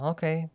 Okay